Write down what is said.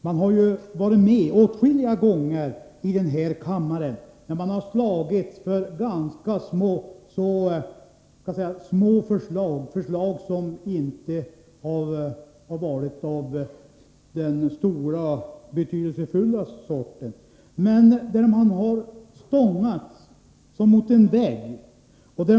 Man har åtskilliga gånger här i kammaren varit med och slagits för ganska blygsamma förslag, förslag som inte har varit så betydelsefulla eller har varit som att stångas mot en vägg.